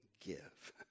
give